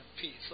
peace